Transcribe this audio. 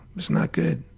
was not good.